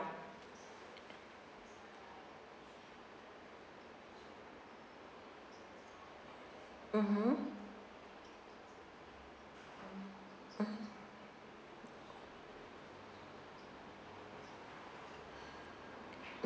mmhmm mmhmm